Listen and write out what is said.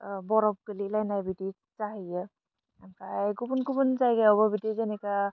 बरफ गोलैलायनाय बिदि जाहैयो आमफाय गुबुन गुबुन जायगायावबो बिदि जेनेखा